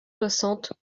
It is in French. soixante